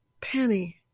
penny